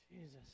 Jesus